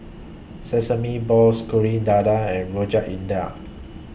Sesame Balls Kuih Dadar and Rojak India